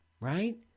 right